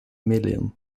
million